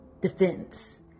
defense